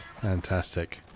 fantastic